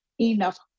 enough